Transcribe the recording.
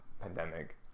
pandemic